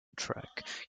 track